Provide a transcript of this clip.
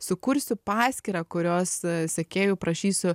sukursiu paskyrą kurios sekėjų prašysiu